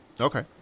Okay